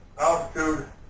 altitude